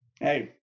hey